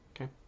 okay